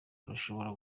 rushobora